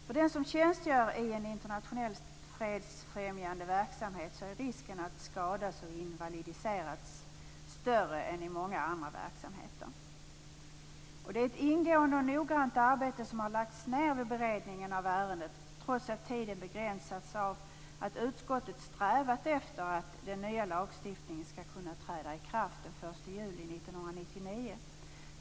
För den som tjänstgör i en internationell fredsfrämjande verksamhet är risken att skadas och invalidiseras större än i många andra verksamheter. Det är ett ingående och noggrant arbete som har lagts ned vid beredningen av ärendet, trots att tiden begränsats av att utskottet strävat efter att den nya lagstiftningen skall kunna träda i kraft den 1 juli 1999.